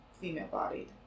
female-bodied